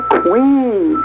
queen